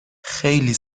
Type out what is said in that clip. خیلی